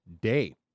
Day